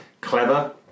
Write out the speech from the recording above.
clever